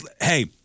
Hey